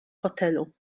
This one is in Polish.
hotelu